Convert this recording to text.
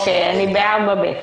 אני ב-4(ב).